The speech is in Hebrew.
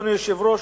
אדוני היושב-ראש,